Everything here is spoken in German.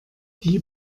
die